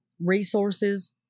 resources